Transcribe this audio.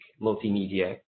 multimedia